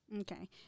Okay